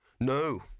No